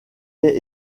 est